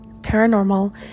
paranormal